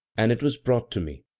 and it was brought to me.